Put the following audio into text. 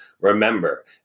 Remember